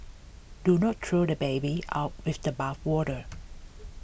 do not throw the baby out with the bathwater